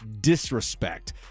disrespect